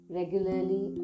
regularly